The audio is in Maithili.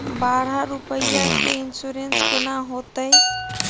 बारह रुपिया के इन्सुरेंस केना होतै?